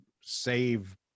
save